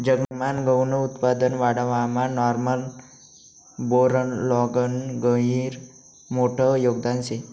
जगमान गहूनं उत्पादन वाढावामा नॉर्मन बोरलॉगनं गहिरं मोठं योगदान शे